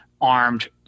armed